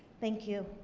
thank you.